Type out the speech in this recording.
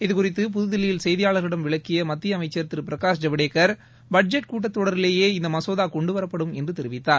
இதுகறித்து புததில்லியில் செய்தியாளர்களிடம் விளக்கிய மத்திய அமைச்சர் திரு பிரகாஷ் ஜவ்டேக்கர் பட்ஜெட் கூட்டத் தொடரிலேயே இந்த மசோதா கொண்டுவரப்படும் என்று தெரிவித்தார்